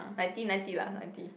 ninety ninety lah ninety